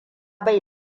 bai